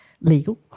legal